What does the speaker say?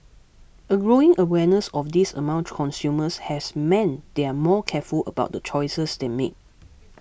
a growing awareness of this among consumers has meant they are more careful about the choices they make